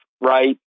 right